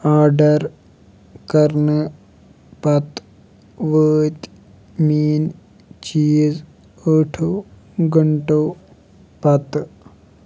order کرنہٕ پتہٕ وٲتۍ میٲنۍ چیٖز ٲٹھو گھنٛٹَو پتہٕ